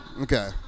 Okay